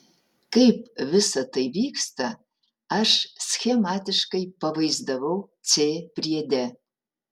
kaip visa tai vyksta aš schematiškai pavaizdavau c priede